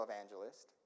evangelist